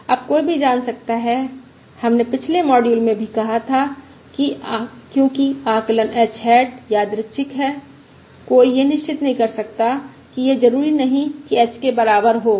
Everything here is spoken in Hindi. अब कोई भी जान सकता है हमने पिछले मॉड्यूल में भी कहा था कि क्योंकि आकलन h हैट यादृच्छिक है कोई यह निश्चित नहीं कर सकता कि यह जरूरी नहीं की h के बराबर हो